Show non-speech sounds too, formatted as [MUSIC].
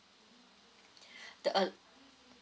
[BREATH] the uh